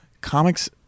comics